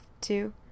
two